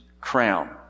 crown